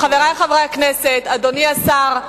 חברי חברי הכנסת, אדוני השר,